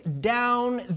down